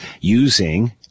using